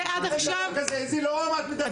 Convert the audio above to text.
על איזה לאום את מדברת.